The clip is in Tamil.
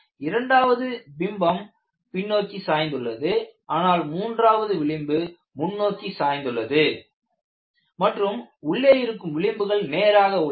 இரண்டாவது பிம்பம் பின்னோக்கி சாய்ந்து உள்ளது ஆனால் மூன்றாவது விளிம்பு முன்னோக்கி சாய்ந்து உள்ளது மற்றும் உள்ளே இருக்கும் விளிம்புகள் நேராக உள்ளன